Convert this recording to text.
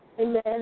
Amen